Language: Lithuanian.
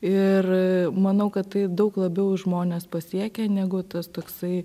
ir manau kad tai daug labiau žmones pasiekia negu tas toksai